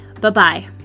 bye-bye